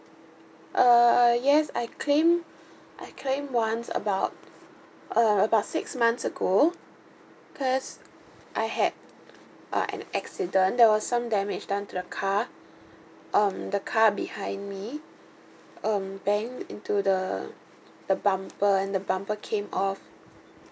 err yes I claim I claim once about uh about six months ago cause I had uh an accident there was some damage done to the car um the car behind me um banged in to the the bumper and the bumper came off